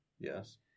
Yes